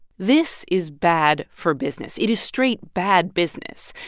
this is bad for business. it is straight bad business.